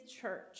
church